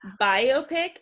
biopic